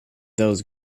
those